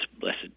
Blessed